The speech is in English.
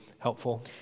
helpful